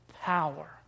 power